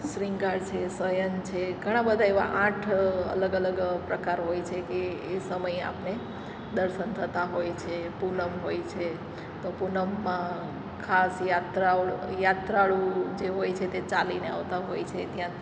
શ્રુંગાર છે શયન છે ઘણા બધા એવા આઠ અલગ અલગ પ્રકાર હોય છે કે એ સમયે આપને દર્શન થતાં હોય છે પૂનમ હોય છે તો પૂનમમાં ખાસ યાત્રાઓ યાત્રાળુ જે હોય છે તે ચાલીને આવતા હોય છે ત્યાં